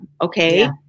okay